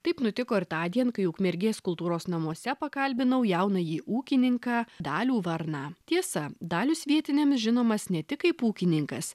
taip nutiko ir tądien kai ukmergės kultūros namuose pakalbinau jaunąjį ūkininką dalių varną tiesa dalius vietiniams žinomas ne tik kaip ūkininkas